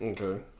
Okay